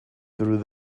through